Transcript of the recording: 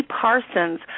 Parsons